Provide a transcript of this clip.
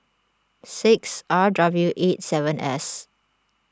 six R W eight seven S